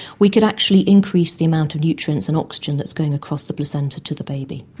we could actually increase the amount of nutrients and oxygen that's going across the placenta to the baby.